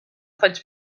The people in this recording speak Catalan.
faig